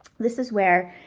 this is where,